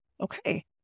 okay